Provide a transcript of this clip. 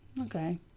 Okay